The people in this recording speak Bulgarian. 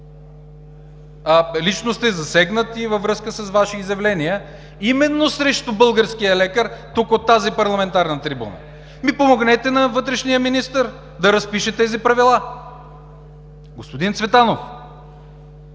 Лично сте засегнат и във връзка с Ваше изявление именно срещу българския лекар тук, от тази парламентарна трибуна. Ами помогнете на вътрешния министър да разпише тази правила! Господин Цветанов,